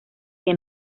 que